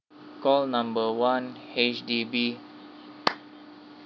call number one H_D_B